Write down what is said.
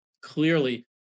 clearly